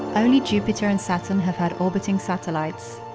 only jupiter and saturn have had orbiting satellites.